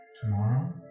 Tomorrow